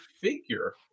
figure